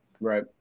Right